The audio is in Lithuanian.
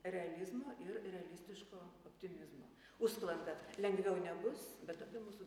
realizmo ir realistiško optimizmo užsklanda lengviau nebus bet tada mūsų